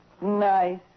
Nice